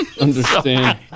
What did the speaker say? Understand